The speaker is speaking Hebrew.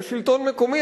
יש שלטון מקומי,